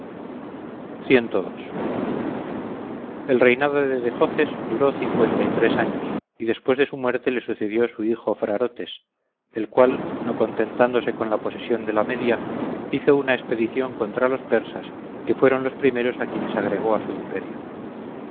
el reinado de dejoces duró cincuenta y tres años y después de su muerte le sucedió su hijo frarotes el cual no contentándose con la posesión de la media hizo una expedición contra los persas que fueron los primeros a quienes agregó a su imperio